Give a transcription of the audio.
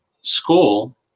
school